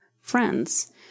friends